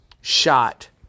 shot